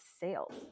sales